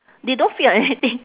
they don't feed on anything